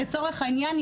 לצורך העניין,